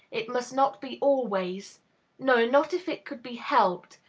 it must not be always no, not if it could be helped,